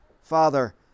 Father